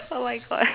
oh my god